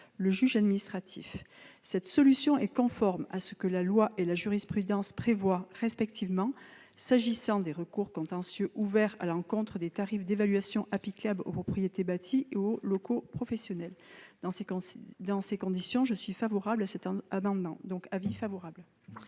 le juge administratif. Cette solution est conforme à ce que la loi et la jurisprudence prévoient respectivement, s'agissant des recours contentieux ouverts à l'encontre des tarifs d'évaluation applicables aux propriétés bâties et aux locaux professionnels. Dans ces conditions, la commission spéciale est favorable à cet amendement. La parole